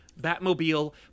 Batmobile